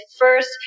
First